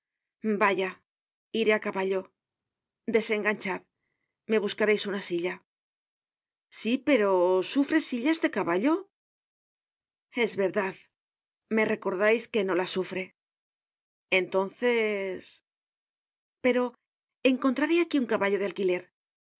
vaya iré á caballo desenganchad me buscareis una silla sí pero sufre silla este caballo es verdad me recordais que no la sufre entonces pero encontraré aquí un caballo de alquiler un